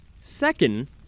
Second